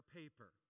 paper